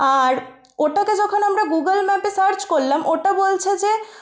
আর ওটাকে যখন আমরা গুগল ম্যাপে সার্চ করলাম ওটা বলছে যে